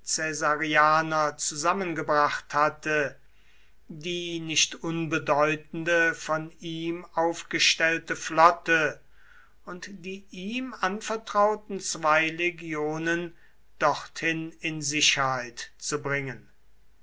zusammengebracht hatte die nicht unbedeutende von ihm aufgestellte flotte und die ihm anvertrauten zwei legionen dorthin in sicherheit zu bringen